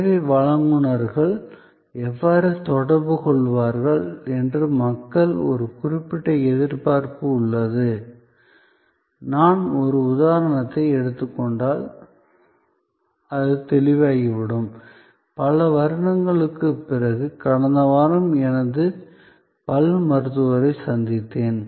சேவை வழங்குநர்கள் எவ்வாறு தொடர்புகொள்வார்கள் என்று மக்களுக்கு ஒரு குறிப்பிட்ட எதிர்பார்ப்பு உள்ளது நான் ஒரு உதாரணத்தை எடுத்துக் கொண்டால் அது தெளிவாகிவிடும் பல வருடங்களுக்குப் பிறகு கடந்த வாரம் எனது பல் மருத்துவரை சந்திக்க விரும்பினேன்